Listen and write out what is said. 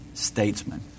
Statesman